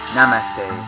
Namaste